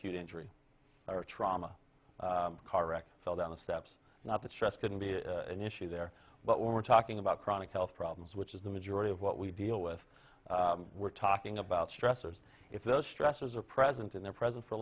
cute injury or trauma car wreck fell down the steps not that stress can be an issue there but when we're talking about chronic health problems which is the majority of what we deal with we're talking about stressors if those stressors are present in their present for a